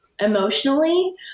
emotionally